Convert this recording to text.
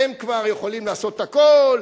הם כבר יכולים לעשות הכול,